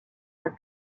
are